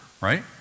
right